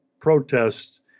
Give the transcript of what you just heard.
protests